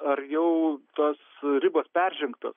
ar jau tos ribos peržengtos